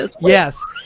yes